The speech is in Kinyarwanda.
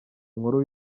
inkuru